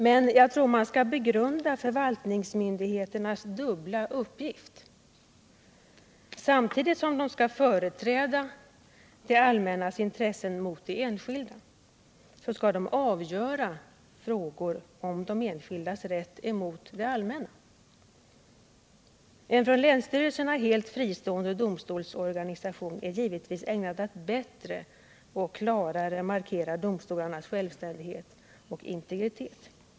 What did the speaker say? Men jag tror man skall begrunda förvaltningsmyndigheternas dubbla uppgift. Samtidigt som de skall företräda det allmännas intressen mot de enskilda, så skall de avgöra frågor om de enskildas rätt mot det allmänna. En från länsstyrelserna helt fristående domstolsorganisation är givetvis ägnad att bättre och klarare markera domstolarnas självständighet och integritet.